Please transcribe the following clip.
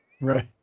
right